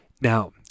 Now